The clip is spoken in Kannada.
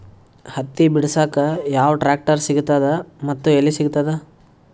ಹತ್ತಿ ಬಿಡಸಕ್ ಯಾವ ಟ್ರಾಕ್ಟರ್ ಸಿಗತದ ಮತ್ತು ಎಲ್ಲಿ ಸಿಗತದ?